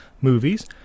movies